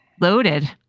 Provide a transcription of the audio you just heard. loaded